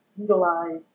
utilize